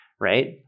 right